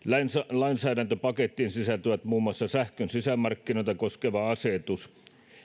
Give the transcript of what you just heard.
lainsäädäntöpakettiin sisältyvät muun muassa sähkön sisämarkkinoita koskeva asetus